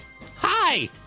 Hi